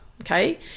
okay